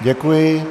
Děkuji.